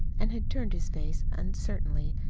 and had turned his face uncertainly,